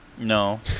No